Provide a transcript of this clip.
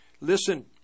Listen